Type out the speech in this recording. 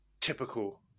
typical